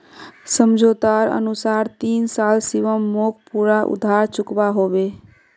समझोतार अनुसार तीन साल शिवम मोक पूरा उधार चुकवा होबे